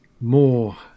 more